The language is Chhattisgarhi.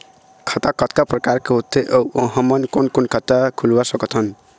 खाता कतका प्रकार के होथे अऊ हमन कोन कोन खाता खुलवा सकत हन?